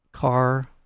Car